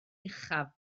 uchaf